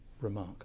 remark